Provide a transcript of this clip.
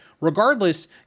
Regardless